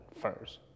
first